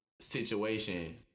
Situation